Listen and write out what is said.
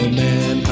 man